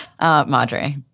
Madre